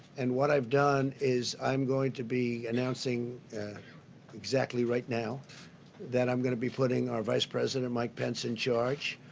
and what i've done is i'm going to be announcing exactly right now that i'm going to be putting our vice president, mike pence, in charge,